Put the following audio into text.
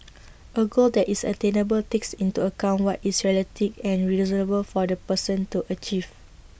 A goal that is attainable takes into account what is realistic and reasonable for the person to achieve